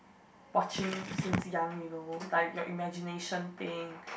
watching since young you know like your imagination thing